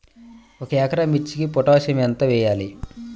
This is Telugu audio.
ఒక ఎకరా మిర్చీకి పొటాషియం ఎంత వెయ్యాలి?